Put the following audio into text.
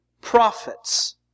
prophets